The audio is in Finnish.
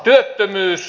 työttömyys